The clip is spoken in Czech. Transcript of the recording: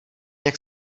jak